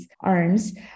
arms